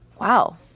Wow